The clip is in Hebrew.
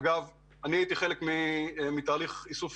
אגב, אני הייתי חלק מתהליך איסוף